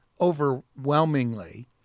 overwhelmingly